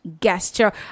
gesture